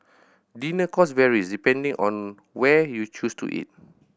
dinner cost varies depending on where you choose to eat